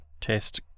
test